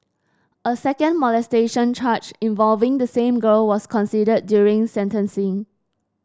a second molestation charge involving the same girl was considered during sentencing